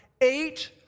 eight